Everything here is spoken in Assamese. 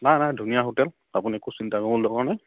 নাই নাই ধুনীয়া হোটেল আপুনি একো চিন্তা কৰিবৰ দৰকাৰ নাই